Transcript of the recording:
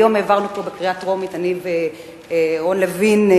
היום העברנו פה בקריאה טרומית, אני ויריב לוין,